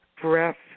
breath